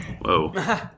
Whoa